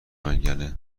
منگنه